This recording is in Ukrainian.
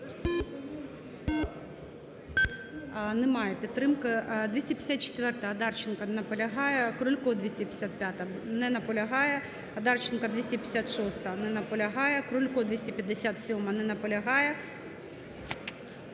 Немає підтримки. 254-а, Одарченко. Не наполягає. Крулько, 255-а. Не наполягає. Одарченко, 256-а. Не наполягає. Крулько, 257-а. Не наполягає.